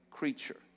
creature